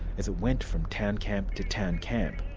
as it went from town camp to town camp,